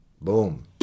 Boom